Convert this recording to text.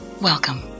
Welcome